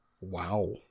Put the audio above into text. wow